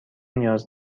نیاز